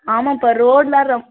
ஆமாம்ப்பா ரோடெலாம் ரொம்